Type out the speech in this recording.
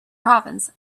province